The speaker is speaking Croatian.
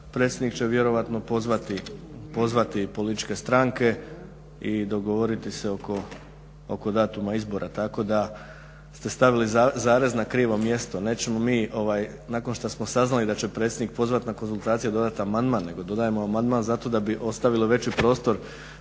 predsjednik će vjerojatno pozvati političke stranke i dogovoriti se oko datuma izbora. Tako da ste stavili zarez na krivo mjesto. Nećemo mi nakon što smo saznali da će predsjednik pozvati na konzultacije dodati amandman, nego dodajemo amandman zato da bi ostavili veći prostor